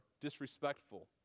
disrespectful